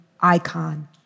icon